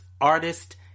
artist